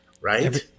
Right